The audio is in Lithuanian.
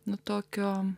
nuo tokio